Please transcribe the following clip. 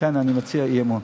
לכן אני מציע אי-אמון.